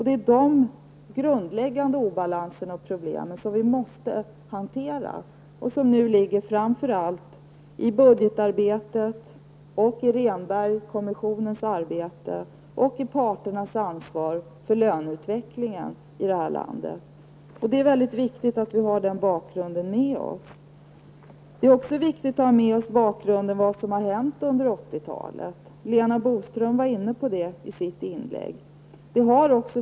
Det är de grundläggande obalanserna och problemen vi nu måste rätta till. Det ingår framför allt i budgetarbetet, i Rehnbergkommissionens arbete och parternas ansvar för löneutvecklingen i det här landet. Det är väldigt viktigt att vi har den bakgrunden klar för oss. Det är också viktigt att vi har med oss i bakgrunden vad som har hänt under 80-talet. Lena Boström var inne på det i sitt inlägg.